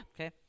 okay